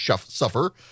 suffer